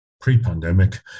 pre-pandemic